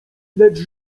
lecz